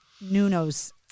Nuno's